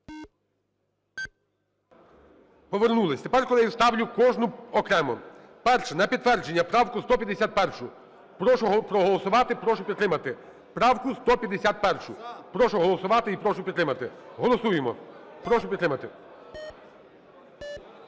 Повернулись. Тепер, колеги, ставлю кожну окремо. Перша на підтвердження правка 151. Прошу проголосувати, прошу підтримати правку 151. Прошу проголосувати і прошу підтримати. Голосуємо. Прошу підтримати.